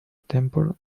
temper